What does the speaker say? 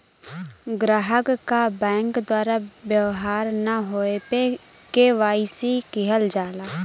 ग्राहक क बैंक द्वारा व्यवहार न होये पे के.वाई.सी किहल जाला